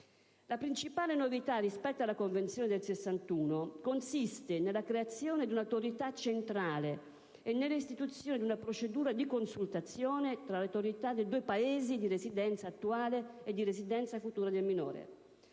La principale novità rispetto alla Convenzione del 1961 consiste nella creazione di un'autorità centrale e nell'istituzione di una procedura di consultazione fra le autorità dei due Paesi di residenza attuale e di residenza futura del minore: